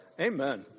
Amen